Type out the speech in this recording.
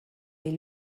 les